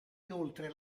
inoltre